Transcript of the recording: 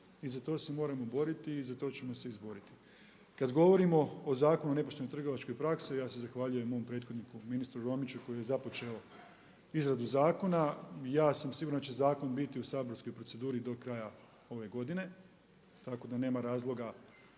i za to se moramo boriti i za to ćemo se izboriti. Kada govorimo o Zakonu o nepoštenoj trgovačkoj praksi ja se zahvaljujem mom prethodniku ministru Romiću koji je započeo izradu zakona. Ja sam siguran da će zakon biti u saborskoj proceduri do kraja ove godine, tako da nema razloga